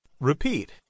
repeat